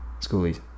schoolies